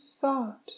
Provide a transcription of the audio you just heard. thought